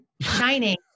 shining